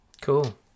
Cool